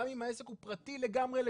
גם אם העסק הוא פרטי לגמרי.